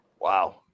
Wow